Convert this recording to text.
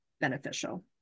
beneficial